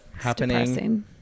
happening